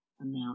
amount